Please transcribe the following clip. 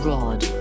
Rod